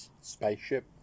Spaceship